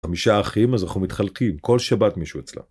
חמישה אחים, אז אנחנו מתחלקים. כל שבת מישהו אצלנו.